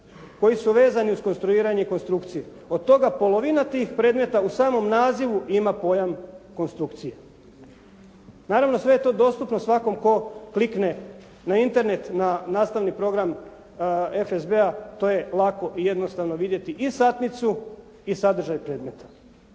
koji su vezani uz konstruiranje konstrukcije. Od toga polovina tih predmeta u samom nazivu ima pojam konstrukcije. Naravno sve je to dostupno svakom tko klikne na Internet na nastavni program FSB-a to je lako i jednostavno vidjeti i satnicu i sadržaj predmeta.